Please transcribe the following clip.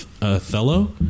Othello